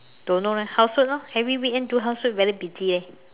don't know leh housework orh every weekend do housework very busy eh